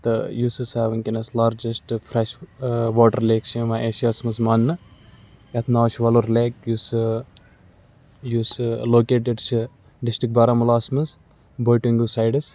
تہٕ یُس ہَسا وٕنکٮ۪نَس لارجَسٹ فرٛیش واٹَر لیک چھِ یِوان ایشیاہَس منٛز ماننہٕ یَتھ ناو چھُ وَلُر لیک یُس یُس لوکیٹٕڈ چھِ ڈِسٹِرٛک بارہمولاہَس منٛز بوٹِنٛگو سایڈَس